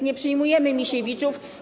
Nie przyjmujemy Misiewiczów.